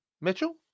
Mitchell